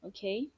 Okay